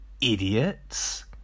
idiots